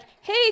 hey